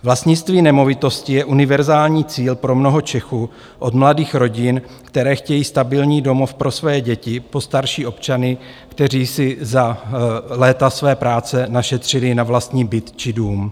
Vlastnictví nemovitosti je univerzální cíl pro mnoho Čechů od mladých rodin, které chtějí stabilní domov pro své děti, po starší občany, kteří si za léta své práce našetřili na vlastní byt či dům.